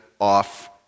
off